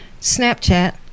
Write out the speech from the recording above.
Snapchat